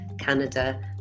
Canada